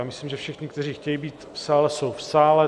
Myslím, že všichni, kteří chtějí být v sále, jsou v sále.